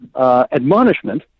admonishment